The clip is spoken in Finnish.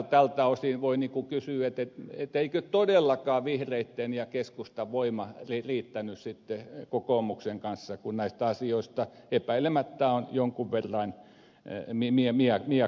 tältä osin voi kysyä eikö todellakaan vihreitten ja keskustan voima riittänyt sitten kokoomuksen kanssa kun näistä asioista epäilemättä on jonkun verran miekkailtu